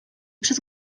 przez